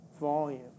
volume